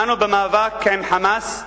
אנו במאבק עם "חמאס",